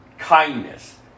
kindness